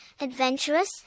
adventurous